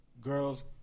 Girls